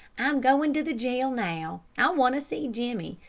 i'm going to the jail now. i want to see jimmie.